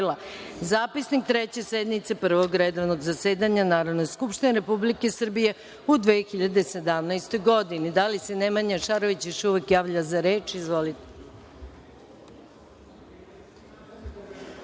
Treće sednice Prvog redovnog zasedanja Narodne skupštine Republike Srbije u 2017. godini. Da li se Nemanja Šarović još uvek javlja za reč? Izvolite.